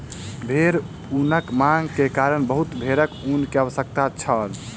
भेड़ ऊनक मांग के कारण बहुत भेड़क ऊन के आवश्यकता छल